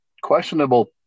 questionable